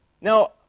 Now